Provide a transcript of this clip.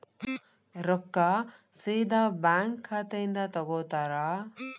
ರೊಕ್ಕಾ ಸೇದಾ ಬ್ಯಾಂಕ್ ಖಾತೆಯಿಂದ ತಗೋತಾರಾ?